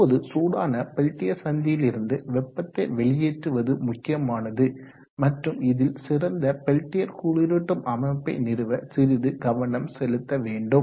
இப்போது சூடான பெல்டியர் சந்தியிலிருந்து வெப்பத்தை வெளியேற்றுவது முக்கியமானது மற்றும் இதில் சிறந்த பெல்டியர் குளிரூட்டும் அமைப்பை நிறுவ சிறிது கவனம் செலுத்த வேண்டும்